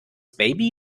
baby